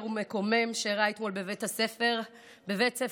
ומקומם שאירע אתמול בבית ספר בנתיבות.